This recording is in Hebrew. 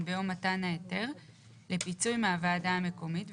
ביום מתן ההיתר לפיצוי מהוועדה המקומית,